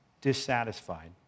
dissatisfied